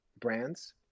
brands